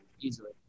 Easily